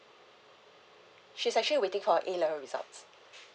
she's actually waiting for her A level results